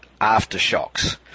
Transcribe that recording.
aftershocks